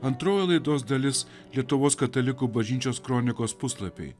antroji laidos dalis lietuvos katalikų bažnyčios kronikos puslapiai